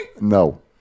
no